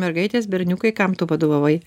mergaitės berniukai kam tu vadovavai